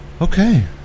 Okay